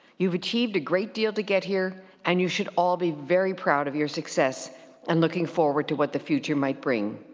you've achieved a great deal to get here and you should all be very proud of your success and looking forward to what the future might bring.